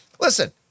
listen